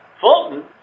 Fulton